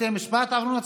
בתי משפט עברו.